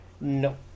No